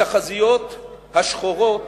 התחזיות השחורות